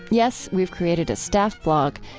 yes, we've created a staff blog,